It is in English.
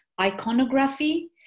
iconography